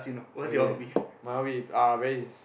okay my hobby uh is